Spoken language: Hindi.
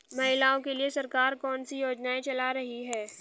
महिलाओं के लिए सरकार कौन सी योजनाएं चला रही है?